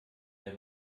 der